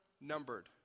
numbered